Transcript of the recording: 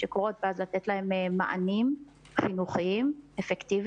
שקורים ואז לתת להם מענים חינוכיים אפקטיביים.